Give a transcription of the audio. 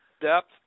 depth